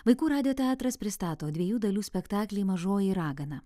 vaikų radijo teatras pristato dviejų dalių spektaklį mažoji ragana